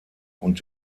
und